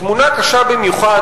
תמונה קשה במיוחד,